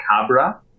Cabra